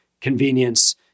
convenience